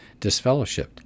disfellowshipped